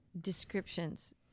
descriptions